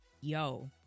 yo